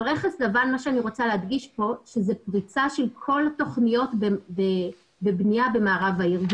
אני רוצה להדגיש כאן שזו פריצה של כל תכניות בבנייה במערב העיר.